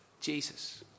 Jesus